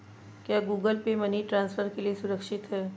क्या Google Pay money transfer के लिए सुरक्षित है?